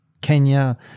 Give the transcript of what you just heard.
Kenya